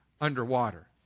underwater